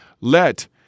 let